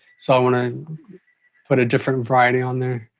so i want to put a different variety on there.